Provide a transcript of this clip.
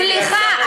סליחה,